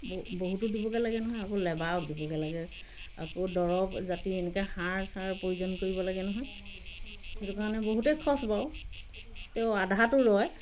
বহুতক দিবগৈ লাগে নহয় আকৌ লেবাৰক দিবগৈ লাগে আকৌ দৰৱ জাতি এনেকৈ সাৰ চাৰ প্ৰয়োজন কৰিব লাগে নহয় সেইটো কাৰণে বহুতেই খৰচ বাৰু তেও আধাটো ৰয়